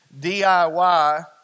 DIY